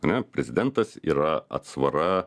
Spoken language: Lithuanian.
ar ne prezidentas yra atsvara